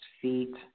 feet